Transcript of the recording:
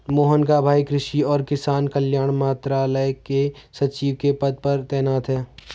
मोहन का भाई कृषि और किसान कल्याण मंत्रालय में सचिव के पद पर तैनात है